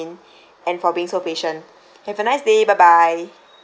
and for being so patient have a nice day bye bye